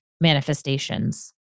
manifestations